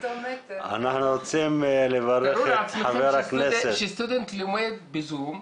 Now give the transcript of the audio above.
תארו לעצמכם שסטודנט לומד בזום,